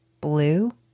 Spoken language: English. blue